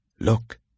Look